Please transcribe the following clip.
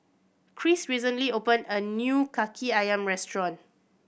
Cris recently opened a new Kaki Ayam restaurant